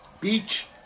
Beach